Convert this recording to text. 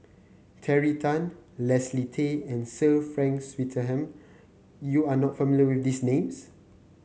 Terry Tan Leslie Tay and Sir Frank Swettenham you are not familiar with these names